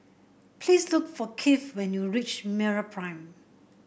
please look for Kieth when you reach MeraPrime